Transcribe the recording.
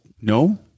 No